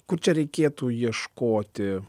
kur čia reikėtų ieškoti